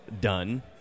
done